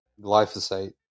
glyphosate